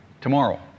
tomorrow